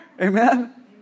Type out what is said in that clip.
Amen